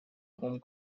home